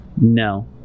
No